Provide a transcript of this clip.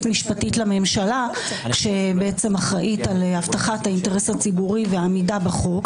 משפטית לממשלה שבעצם אחראית על הבטחת האינטרס הציבורי ועמידה בחוק,